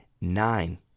nine